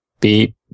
beep